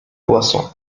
poisson